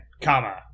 comma